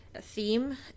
theme